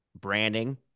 branding